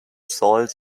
soils